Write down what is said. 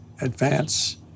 advance